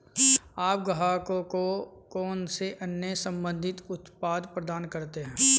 आप ग्राहकों को कौन से अन्य संबंधित उत्पाद प्रदान करते हैं?